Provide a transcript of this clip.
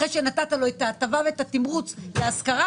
אחרי שנתת לו את ההטבה ואת התמרוץ להשכרה,